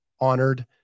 honored